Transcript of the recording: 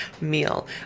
meal